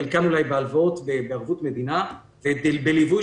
חלקם אולי בהלוואות בערבות מדינה ובליווי